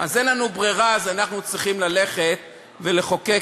אין לנו ברירה ואנחנו צריכים ללכת ולחוקק